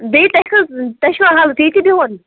بیٚیہِ تُہی کٔژ تۄہہِ چھُوا ہالَس ییٚتی بِہُن